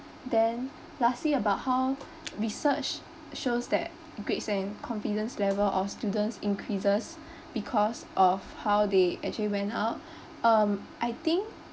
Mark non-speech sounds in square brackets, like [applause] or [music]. then lastly about how research shows that greats and confidence level of students increases [breath] because of how they actually went out [breath] um I think